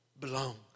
belongs